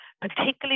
particularly